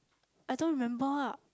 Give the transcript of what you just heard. I don't remember lah